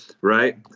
right